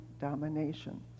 domination